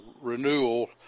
renewal